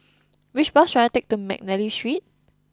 which bus should I take to McNally Street